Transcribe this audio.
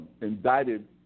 indicted